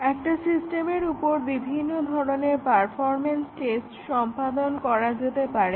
একটা সিস্টেমের উপর বিভিন্ন ধরনের পারফরম্যান্স টেস্ট সম্পাদন করা যেতে পারে